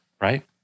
right